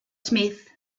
smith